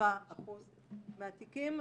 87% מהתיקים.